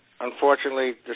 unfortunately